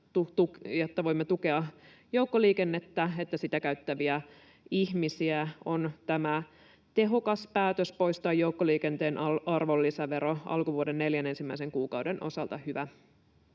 jotta voimme tukea sekä joukkoliikennettä että sitä käyttäviä ihmisiä, on tämä tehokas päätös poistaa joukkoliikenteen arvonlisävero alkuvuoden neljän ensimmäisen kuukauden osalta hyvä.